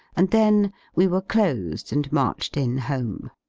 and then we were closed and marched in home.